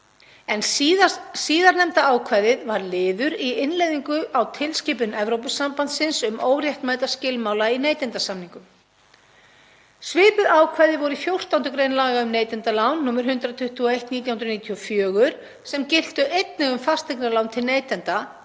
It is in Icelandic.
Síðarnefnda ákvæðið var liður í innleiðingu á tilskipun Evrópusambandsins um óréttmæta skilmála í neytendasamningum. Svipuð ákvæði voru í 14. gr. laga um neytendalán, nr. 121/1994, sem giltu einnig um fasteignalán til neytenda